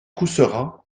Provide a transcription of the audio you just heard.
couserans